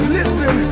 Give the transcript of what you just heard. Listen